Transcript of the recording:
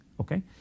okay